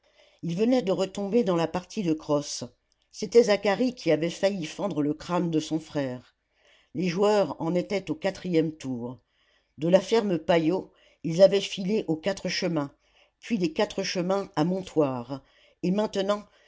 ils venaient de retomber dans la partie de crosse c'était zacharie qui avait failli fendre le crâne de son frère les joueurs en étaient au quatrième tour de la ferme paillot ils avaient filé aux quatre chemins puis des quatre chemins à montoire et maintenant